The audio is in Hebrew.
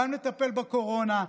גם לטפל בקורונה,